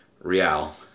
Real